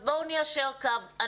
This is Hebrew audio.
אז בואו ניישר קו.